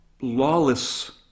lawless